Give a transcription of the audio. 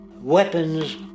weapons